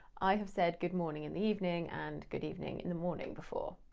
i have said good morning in the evening and good evening in the morning before.